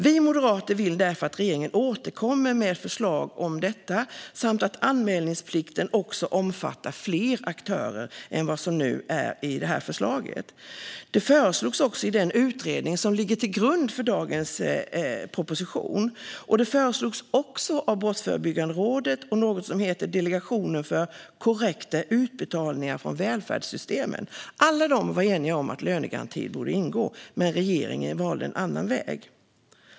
Vi moderater vill därför att regeringen återkommer med förslag om detta samt att anmälningsplikten omfattar fler aktörer än vad som sägs i detta förslag. Detta föreslogs i den utredning som ligger till grund för den proposition vi talar om i dag, och det föreslogs också av Brottsförebyggande rådet och av något som heter Delegationen för korrekta utbetalningar från välfärdssystemen. Alla dessa var eniga om att lönegarantin borde ingå, men regeringen valde en annan väg.